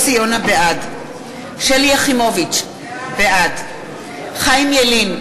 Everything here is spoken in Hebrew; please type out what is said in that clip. בעד שלי יחימוביץ, בעד חיים ילין,